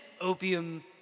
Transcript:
opium